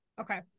Okay